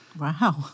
Wow